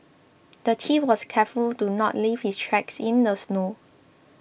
the thief was careful to not leave his tracks in the snow